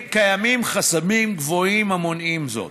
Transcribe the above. קיימים חסמים גבוהים המונעים זאת.